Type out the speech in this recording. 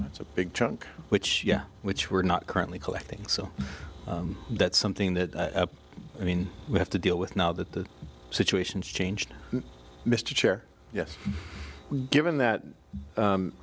that's a big chunk which yeah which we're not currently collecting so that's something that i mean we have to deal with now that the situation's changed mr chair yes given that